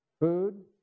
Food